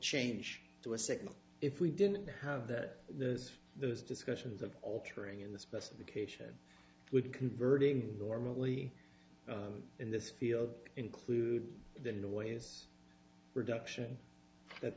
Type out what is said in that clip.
change to a signal if we didn't have that there's those discussions of altering in the specification would converting normally in this field include the noise reduction that